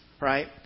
right